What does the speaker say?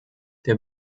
der